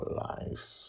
life